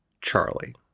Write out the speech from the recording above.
Charlie